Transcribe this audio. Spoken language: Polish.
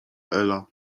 ela